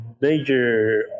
major